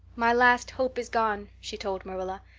my last hope is gone, she told marilla.